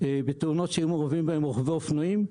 בתאונות שהיו מעורבים בהם רוכבי אופנועים.